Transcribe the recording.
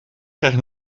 krijgt